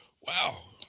Wow